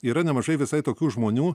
yra nemažai visai tokių žmonių